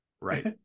right